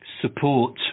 support